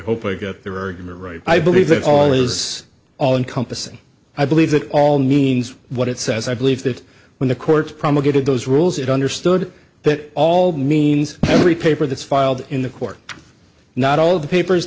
hope i get there are going to write i believe that all is all encompassing i believe that all means what it says i believe that when the courts promulgated those rules it understood that all means every paper that's filed in the court not all of the papers